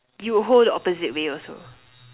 you hold the opposite way also